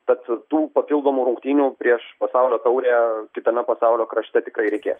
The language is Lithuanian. tad tų papildomų rungtynių prieš pasaulio taurę kitame pasaulio krašte tikrai reikės